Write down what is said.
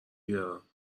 بیارم